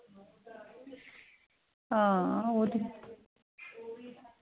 हां ओह् ते